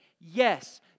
Yes